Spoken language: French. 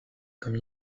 comme